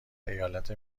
ایالت